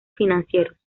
financieros